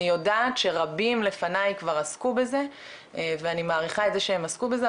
אני יודעת שרבים לפני כבר עסקו בזה ואני מעריכה את זה שהם עסקו בזה,